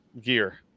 gear